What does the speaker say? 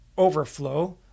overflow